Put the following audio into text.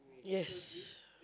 yes